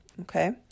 Okay